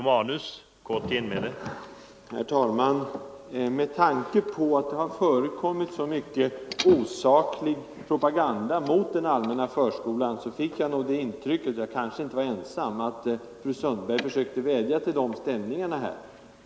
Herr talman! Eftersom det har förekommit så mycket osaklig propaganda mot den allmänna förskolan fick jag det intrycket — och jag kanske inte var ensam om det — att fru Sundberg här försökte vädja till sådana stämningar.